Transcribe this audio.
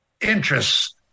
interests